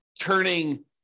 turning